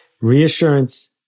Reassurance